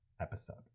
episode